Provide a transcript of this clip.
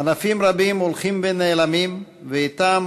ענפים רבים הולכים ונעלמים, ואתם